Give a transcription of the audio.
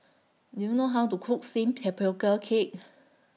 Do YOU know How to Cook Steamed Tapioca Cake